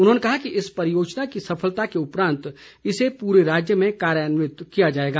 उन्होंने कहा कि इस परियोजना की सफलता के उपरांत इसे पूरे राज्य में कार्यान्वित किया जाएगा